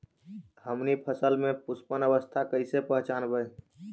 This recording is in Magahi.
हमनी फसल में पुष्पन अवस्था कईसे पहचनबई?